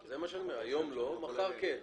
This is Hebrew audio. נכון.